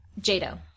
Jado